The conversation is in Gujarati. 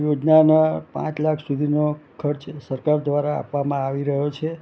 યોજનાના પાંચ લાખ સુધીનો ખર્ચ સરકાર દ્વારા આપવામાં આવી રહ્યો છે